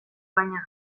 baina